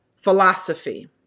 philosophy